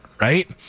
right